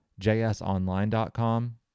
jsonline.com